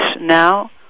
now